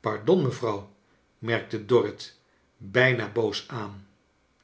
pardon mevrouw merkte dorrit bijna boos aan